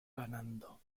ganando